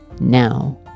Now